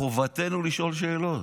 חובתנו לשאול שאלות,